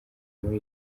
muri